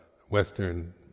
western